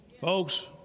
Folks